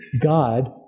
God